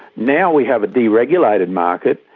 now we have a deregulated market,